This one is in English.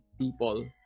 people